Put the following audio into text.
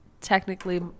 technically